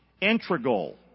Integral